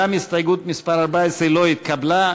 גם הסתייגות 14 לא התקבלה.